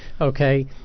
okay